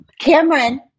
cameron